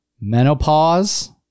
Menopause